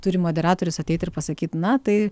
turi moderatorius ateit ir pasakyt na tai